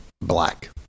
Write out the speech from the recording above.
black